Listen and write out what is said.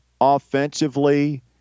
offensively